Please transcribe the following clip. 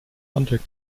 handwerk